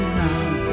now